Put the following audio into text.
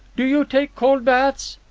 do you take cold baths?